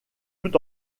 tout